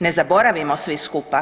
Ne zaboravimo svi skupa,